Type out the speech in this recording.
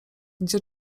gdzie